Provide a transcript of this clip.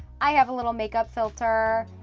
i have a little make up filter,